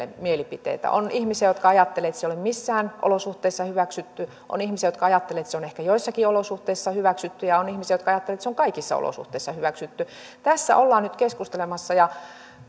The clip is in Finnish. mielipiteitä on ihmisiä jotka ajattelevat että se ei ole missään olosuhteissa hyväksytty on ihmisiä jotka ehkä ajattelevat että se on joissakin olosuhteissa hyväksytty ja on ihmisiä jotka ajattelevat että se on kaikissa olosuhteissa hyväksytty tässä ollaan nyt keskustelemassa ja